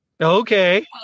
okay